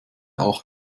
auch